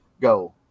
go